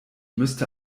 müsste